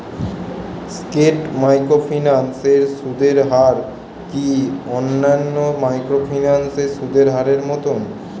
স্কেট microfinance এর সুদের হার কি অন্যান্য মাইক্রোফিন্যান্স এর সুদের হারের মতন?